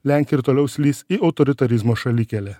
lenkija ir toliau slys į autoritarizmo šalikelę